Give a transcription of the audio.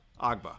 Agba